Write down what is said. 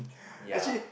yea